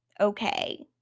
okay